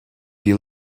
you